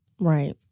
Right